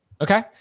Okay